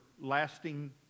lasting